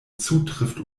zutrifft